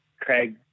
Craig